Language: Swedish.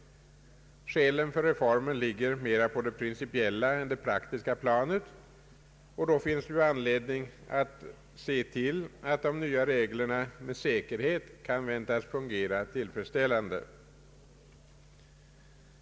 Skälen för reformen ligger mera på det praktiska än på det principiella planet, och då finns det anledning se till att de nya reglerna med säkerhet kan väntas fungera tillfredsställande.